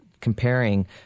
comparing